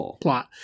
plot